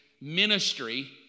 ministry